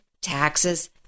taxes